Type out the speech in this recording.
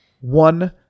one